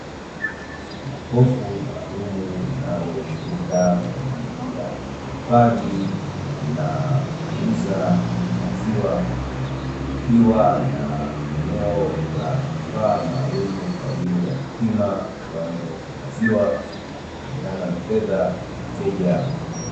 Jokofu maalumu, linalotumika kwa ajili ya kuhifadhi na kuuza maziwa, likiwa na eneo la kifaa maalumu kwa ajili ya kupima kiwango cha maziwa kulingana na fedha ya mteja.